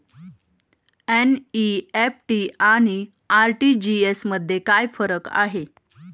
NEFT आणि RTGS मध्ये काय फरक आहे?